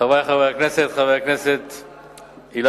חברי חברי הכנסת, חבר הכנסת אילטוב,